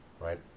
right